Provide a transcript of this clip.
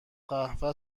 قهوه